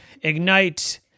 Ignite